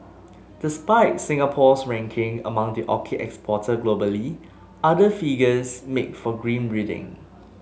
despite Singapore's ranking among the orchid exporters globally other figures make for grim reading